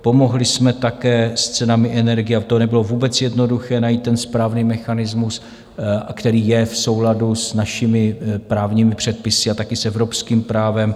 Pomohli jsme také s cenami energií, a to nebylo vůbec jednoduché najít ten správný mechanismus, který je v souladu s našimi právními předpisy a také s evropským právem.